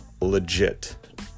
legit